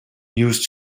used